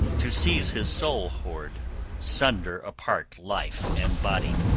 to seize his soul-hoard, sunder apart life and body.